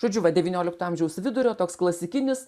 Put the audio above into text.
žodžiu va devyniolikto amžiaus vidurio toks klasikinis